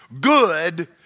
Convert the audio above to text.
good